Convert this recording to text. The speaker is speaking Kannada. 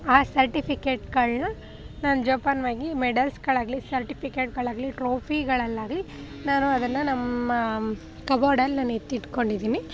ಆ ಸರ್ಟಿಫಿಕೇಟ್ಗಳನ್ನ ನಾನು ಜೋಪಾನವಾಗಿ ಮೆಡಲ್ಸ್ಗಳಾಗಲಿ ಸರ್ಟಿಫಿಕೇಟ್ಗಳಾಗಲಿ ಟ್ರೋಫಿಗಳಲ್ಲಾಗಲಿ ನಾನು ಅದನ್ನು ನಮ್ಮ ಕಬೋರ್ಡಲ್ಲಿ ನಾನು ಎತ್ತಿಟ್ಕೊಂಡಿದ್ದೀನಿ